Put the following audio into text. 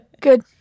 Good